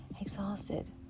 Exhausted